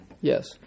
yes